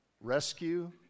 Rescue